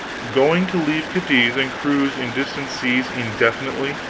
going to leave cadiz and cruise in distant seas indefinitely,